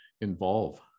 involve